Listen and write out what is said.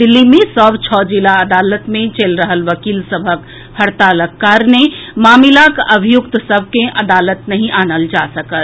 दिल्ली मे सभ छओ जिला अदालत मे चलि रहल वकील सभक हड़तालक कारणे मामिलाक अभियुक्त सभ के अदालत नहि आनल जा सकल